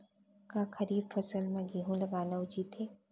का खरीफ फसल म गेहूँ लगाना उचित है?